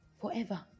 forever